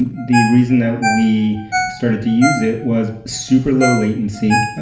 and the reason that we started to use it was super low-latency, ah